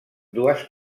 dues